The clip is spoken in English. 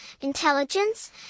intelligence